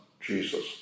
Jesus